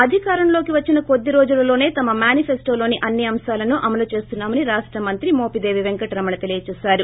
అధికారంలోకి వచ్చిన కొద్ది రోజులలోసే తమ మేనిఫెస్లోలోని అన్ని అంశాలను అమలు చేస్తున్నామని రాష్ట మంత్రి మోపిదేవి పెంకట రమణ తెలియజేశారు